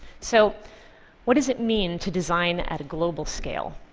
so what does it mean to design at a global scale?